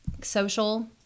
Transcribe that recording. social